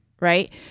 right